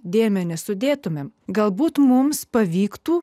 dėmę nesudėtumėme galbūt mums pavyktų